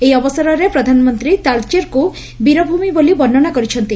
ଏହି ଅବସରରେ ପ୍ରଧାନମନ୍ତୀ ତାଳଚେରକୁ ବୀରଭ୍ମି ବୋଲି ବର୍ଷ୍ କରିଛନ୍ତି